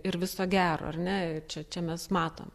ir viso gero ar ne čia čia mes matom